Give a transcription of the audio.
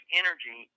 energy